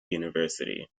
university